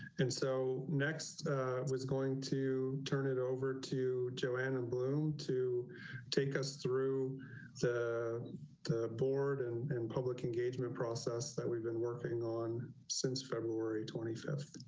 and so next was going to turn it over to joanna bloom to take us through the board and and public engagement process that we've been working on since february twenty five